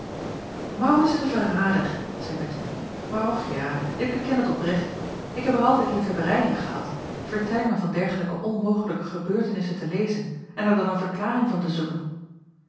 is een verrader zeî bettemie maar och ja ik beken het oprecht ik heb er altijd liefhebberij in gehad vertellingen van dergelijke onmogelijke gebeurtenissen te lezen en er dan een verklaring van te zoeken